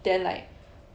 then like